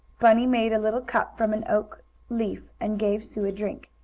bunny made a little cup, from an oak leaf, and gave sue a drink.